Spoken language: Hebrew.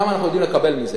כמה אנחנו יודעים לקבל מזה?